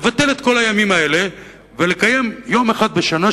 לבטל את כל הימים האלה ולקיים יום אחד בשנה,